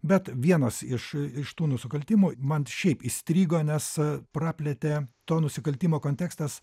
bet vienas iš iš tų nusikaltimų man šiaip įstrigo nes praplėtė to nusikaltimo kontekstas